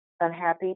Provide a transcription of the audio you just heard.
unhappy